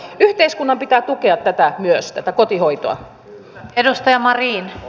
yhteiskunnan pitää tukea tätä kotihoitoa myös